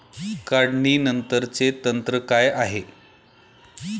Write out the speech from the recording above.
काढणीनंतरचे तंत्र काय आहे?